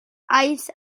aeth